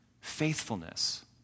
faithfulness